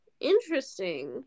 interesting